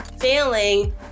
failing